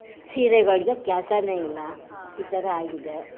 ಸೀರೆಗಳಿಗೆ ಕೆಲ್ಸವೇ ಇಲ್ಲ ಈ ಥರ ಆಗಿದೆ